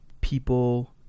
people